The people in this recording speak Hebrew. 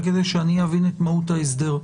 רק כדי שאני אבין את מהות ההסדר: